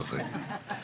לתוך העניין.